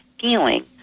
feeling